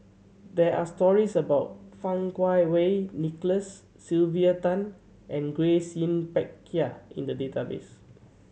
there are stories about Fang Kuo Wei Nicholas Sylvia Tan and Grace Yin Peck Ha in the database